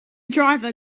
driver